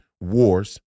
wars